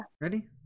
Ready